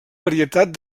varietat